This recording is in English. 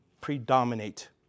predominate